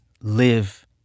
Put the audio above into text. live